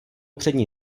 přední